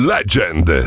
Legend